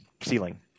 ceiling